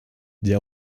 der